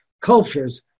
cultures